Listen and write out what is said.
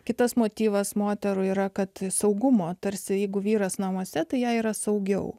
kitas motyvas moterų yra kad saugumo tarsi jeigu vyras namuose tai ją yra saugiau